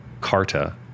Carta